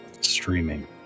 streaming